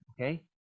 okay